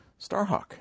Starhawk